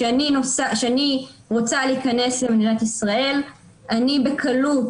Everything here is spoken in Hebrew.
כשאני רוצה להיכנס למדינת ישראל אני בקלות